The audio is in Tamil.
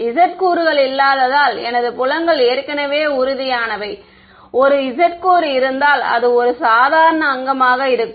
Z கூறுகள் இல்லாததால் எனது புலங்கள் ஏற்கனவே உறுதியானவை ஒரு z கூறு இருந்தால் அது ஒரு சாதாரண அங்கமாக இருக்கும்